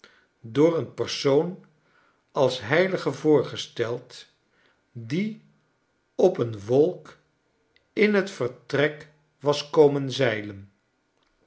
door een persoon als heilige voorgesteld die op een wolk in het vertrek was komen zeilen